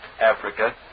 Africa